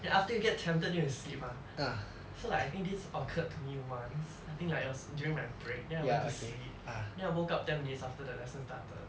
then after you get tempted then you will sleep mah so like I think this occurred to me once I think was like during my break then I went to sleep then I woke up ten minutes after the lesson started